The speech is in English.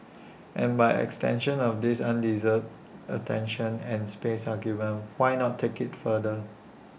and by extension of this undeserved attention and space argument why not take IT further